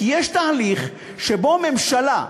כי יש תהליך שבו ממשלה,